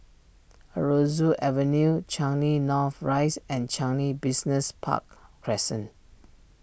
Aroozoo Avenue Changi North Rise and Changi Business Park Crescent